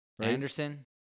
Anderson